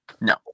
No